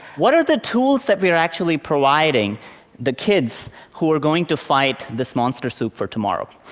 what are the tools that we're actually providing the kids who are going to fight this monster soup for tomorrow?